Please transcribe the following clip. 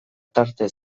tarte